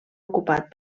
ocupat